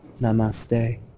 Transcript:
namaste